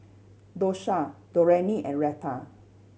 Dosha Dorene and Retta